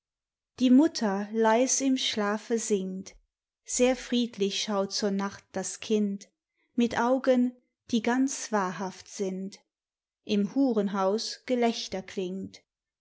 die mutter leis im schlafe singt sehr friedlich schaut zur nacht das kind mit augen die ganz wahrhaft sind im hurenhaus gelächter klingt